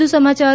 વધુ સમાચાર